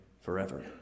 forever